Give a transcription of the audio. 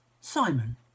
Simon